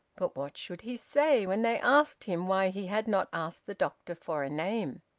but what should he say when they asked him why he had not asked the doctor for a name?